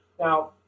Now